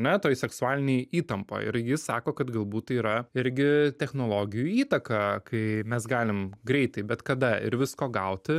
ne toj seksualinėj įtampoj ir ji sako kad galbūt tai yra irgi technologijų įtaka kai mes galim greitai bet kada ir visko gauti